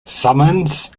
summons